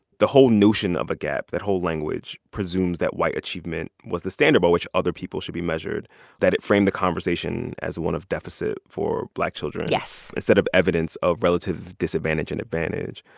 the whole notion of a gap that whole language presumes that white achievement was the standard by which other people should be measured that it framed the conversation as one of deficit for black children. yes. instead of evidence of relative disadvantage and advantage.